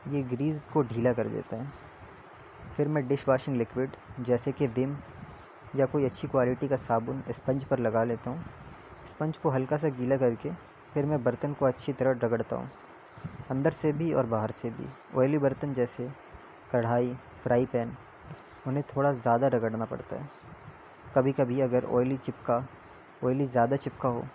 یہ گریز کو ڈھیلا کر دیتا ہے پھر میں ڈش واشنگ لکوڈ جیسے کہ رم یا کوئی اچھی کوالٹی کا صابن اسپنج پر لگا لیتا ہوں اسپنج کو ہلکا سا گیلا کر کے پھر میں برتن کو اچھی طرح رگڑتا ہوں اندر سے بھی اور باہر سے بھی آئلی برتن جیسے کرھائی فرائی پین انہیں تھوڑا زیادہ رگڑنا پڑتا ہے کبھی کبھی اگر آئلی چپکا آئلی زیادہ چپکا ہو